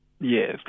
Yes